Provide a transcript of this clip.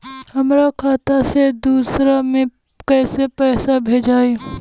हमरा खाता से दूसरा में कैसे पैसा भेजाई?